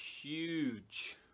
huge